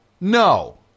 No